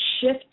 shift